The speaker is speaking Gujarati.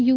યુ